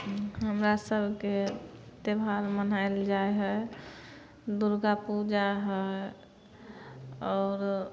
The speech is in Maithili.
हमरा सबके त्यौहार मनाएल जाइ हइ दुर्गापूजा हइ आओरो